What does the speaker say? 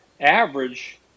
Average